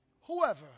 Whoever